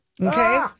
Okay